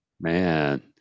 man